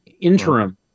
interim